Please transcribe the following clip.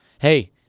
hey